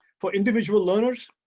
for individual learners,